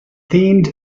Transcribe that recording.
themed